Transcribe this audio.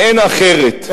ואין אחרת,